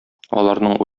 аларның